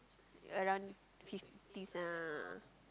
around fifties ah